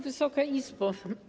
Wysoka Izbo!